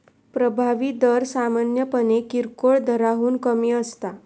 प्रभावी दर सामान्यपणे किरकोळ दराहून कमी असता